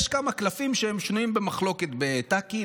יש כמה קלפים שנויים במחלוקת בטאקי,